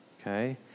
Okay